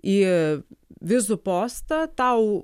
į vizų postą tau